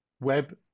web